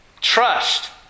Trust